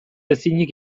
ezinik